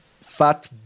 fat